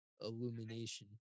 Illumination